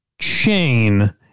chain